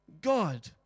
God